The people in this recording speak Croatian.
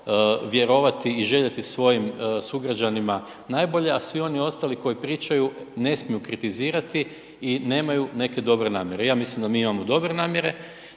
i željeti svojim sugrađanima najbolje, a svi oni ostali koji pričaju, ne smiju kritizirati i nemaju neke dobre namjere. Ja mislim da mi imamo dobre namjere